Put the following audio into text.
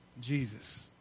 Jesus